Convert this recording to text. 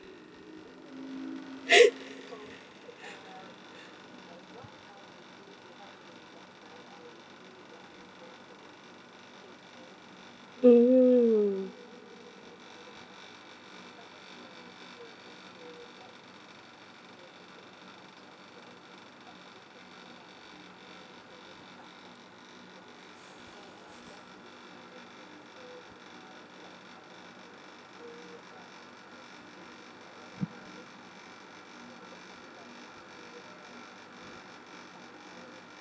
oo